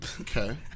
Okay